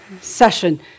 session